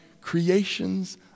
creation's